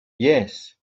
yes